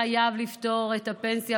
חייבים לפתור את בעיית הפנסיה,